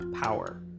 power